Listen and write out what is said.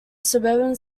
suburban